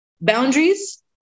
boundaries